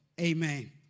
Amen